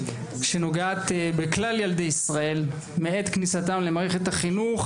שנוגעת בכלל ילדי ישראל מעת כניסתם למערכת החינוך,